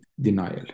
denial